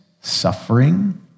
suffering